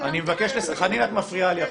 חנין, את מפריעה לי.